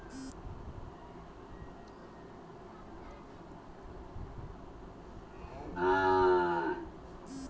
महाराष्ट्र अंगूरेर खेती भारतत सब स बेसी हछेक